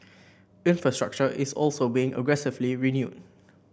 infrastructure is also being aggressively renewed